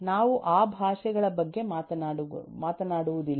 ನಾವು ಆ ಭಾಷೆಗಳ ಬಗ್ಗೆ ಮಾತನಾಡುವುದಿಲ್ಲ